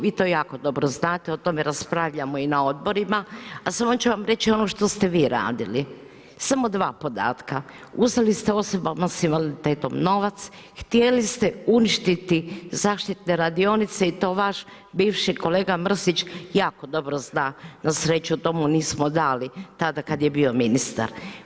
Vi to jako dobro znate, o tome raspravljamo i na odborima, a samo ću vam reći ono što ste vi radili, samo 2 podatka, uzeli ste osobama s invaliditetom novac, htjeli ste uništiti zaštitne radionice i to vaš bivši kolega Mrsić jako dobro zna, na sreću to mu nismo dali, tada kada je bio ministar.